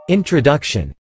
Introduction